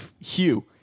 hugh